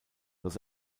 los